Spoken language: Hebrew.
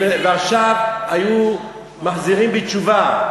ועכשיו היו מחזירים בתשובה.